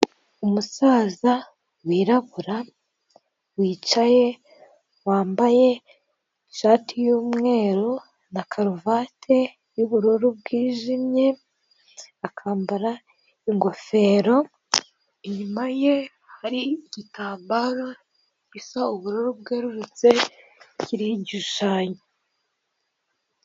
Umusaza wirabura, wicaye, wambaye ishati y'umweru na karuvate y'ubururu bwijimye, akambara ingofero, inyuma ye, hari igitambararo gisa ubururu bwerurutse, kiriho igishushanyo.